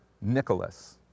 Nicholas